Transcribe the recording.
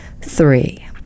three